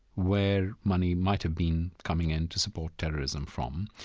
where money might have been coming in to support terrorism from,